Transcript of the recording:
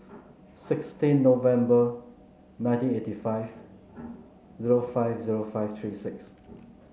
sixteen November nineteen eighty five zero five zero five three six